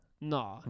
no